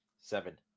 Seven